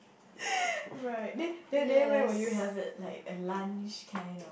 right then then where will you have it like lunch kind or